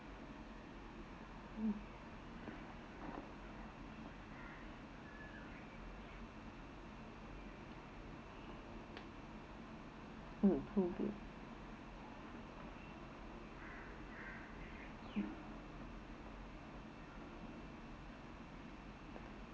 mm